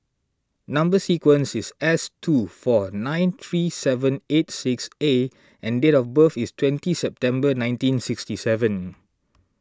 Number Sequence is S two four nine three seven eight six A and date of birth is twenty September nineteen sixty seven